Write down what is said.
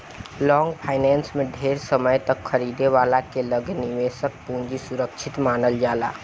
long finance में ढेर समय तक खरीदे वाला के लगे निवेशक के पूंजी सुरक्षित मानल जाला